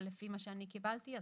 אבל לפי מה שאני קיבלתי,